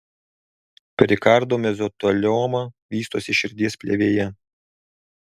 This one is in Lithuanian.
perikardo mezotelioma vystosi širdies plėvėje